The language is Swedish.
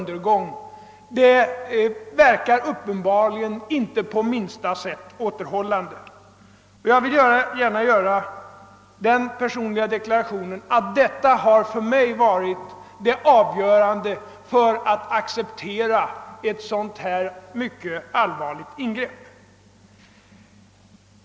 Det verkar uppenbarligen inte på minsta sätt återhållande att de ser dessa människors undergång. Jag vill gärna göra den personliga deklarationen att detta för mig har varit avgörande för att acceptera ett sådant här mycket allvarligt ingrepp.